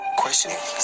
questioning